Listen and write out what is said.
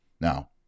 Now